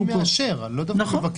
או "אני מאשר", אני לא יודע אם "מבקש".